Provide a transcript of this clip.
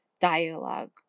dialogue